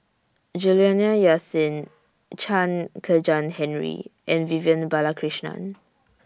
Juliana Yasin Chen Kezhan Henri and Vivian Balakrishnan